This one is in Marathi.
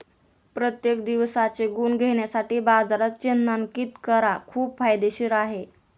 प्रत्येक दिवसाचे गुण घेण्यासाठी बाजारात चिन्हांकित करा खूप फायदेशीर आहे